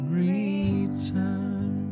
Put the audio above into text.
return